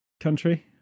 country